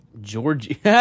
Georgie